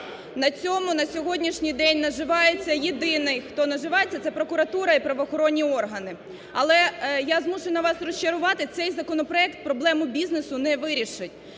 На цьому на сьогоднішній день наживається єдиний, хто наживається, це прокуратура і правоохоронні органи. Але я змушена вас розчарувати, цей законопроект проблему бізнесу не вирішить.